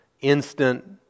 instant